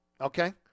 Okay